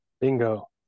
bingo